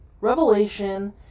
Revelation